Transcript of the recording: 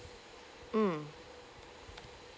mm